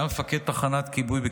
וכך גם במתקפת 7 באוקטובר,